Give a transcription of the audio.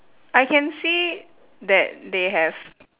I can see that they have